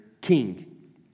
king